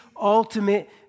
ultimate